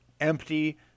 empty